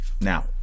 Now